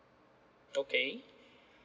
okay